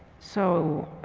so,